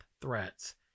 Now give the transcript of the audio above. threats